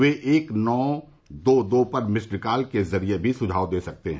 वे एक नौ दो दो पर मिस्ड कॉल के जरिए भी सुझाव दे सकते हैं